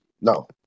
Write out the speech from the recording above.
no